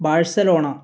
Barcelona